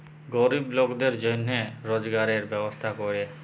গরিব লকদের জনহে রজগারের ব্যবস্থা ক্যরে